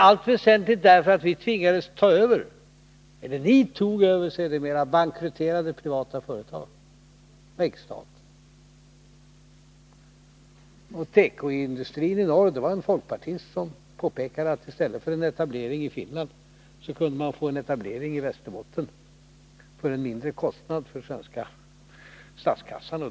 Det skedde därför att man tvingades ta över bankrutterade privata företag. När det gäller tekoindustrin i norr så var det en folkpartist som påpekade att i stället för en etablering i Finland kunde man få en etablering i Västerbotten för en lägre kostnad för den svenska statskassan.